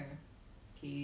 ten B or ten M